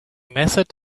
method